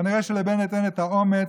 כנראה שלבנט אין את האומץ,